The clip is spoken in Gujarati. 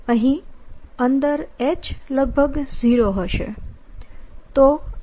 તો અહીં અંદર H લગભગ 0 હશે